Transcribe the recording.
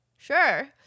sure